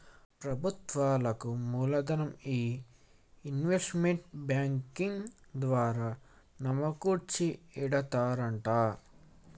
ప్రభుత్వాలకు మూలదనం ఈ ఇన్వెస్ట్మెంట్ బ్యాంకింగ్ ద్వారా సమకూర్చి ఎడతారట